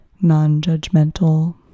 non-judgmental